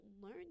learn